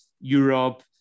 Europe